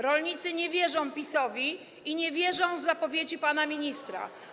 Rolnicy nie wierzą PiS-owi i nie wierzą w zapowiedzi pana ministra.